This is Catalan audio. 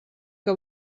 que